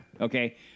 Okay